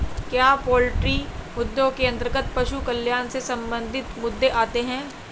क्या पोल्ट्री मुद्दों के अंतर्गत पशु कल्याण से संबंधित मुद्दे आते हैं?